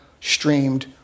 streamed